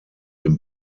den